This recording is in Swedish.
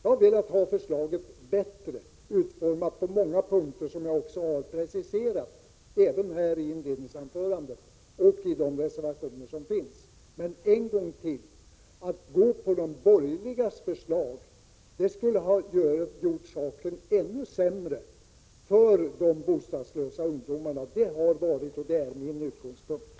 Jag har velat ha förslaget bättre utformat på många punkter, som jag också har preciserat, här i mitt inledningsanförande och i de reservationer som finns. En gång till: Ett bifall till de borgerligas förslag skulle göra saken ännu sämre för de bostadslösa ungdomarna. Det har varit och det är min utgångspunkt.